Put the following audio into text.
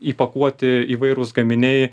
įpakuoti įvairūs gaminiai